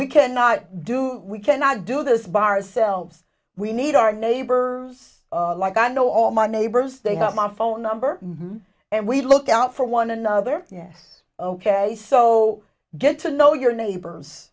we cannot do we cannot do this bar selves we need our neighbors like i know all my neighbors they have my phone number and we look out for one another yes ok so get to know your neighbors